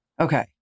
Okay